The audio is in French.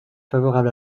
favorable